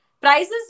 Prices